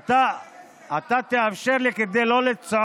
אתה תאפשר לי, למה הוא לא נכנס לרהט?